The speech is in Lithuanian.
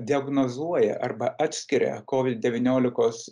diagnozuoja arba atskiria kovid devyniolikos